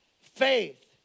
faith